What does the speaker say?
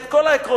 את כל העקרונות,